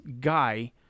guy